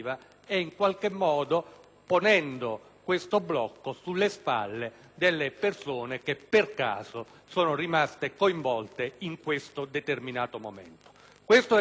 ponendo questo blocco sulle spalle delle persone che per caso sono rimaste coinvolte in questo determinato momento. Questo è il motivo per cui,